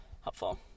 helpful